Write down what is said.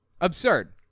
Absurd